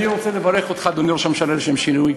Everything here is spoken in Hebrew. אני רוצה לברך אותך, אדוני ראש הממשלה, לשם שינוי.